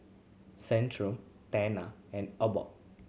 Centrum Tena and Abbott